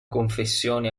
confessione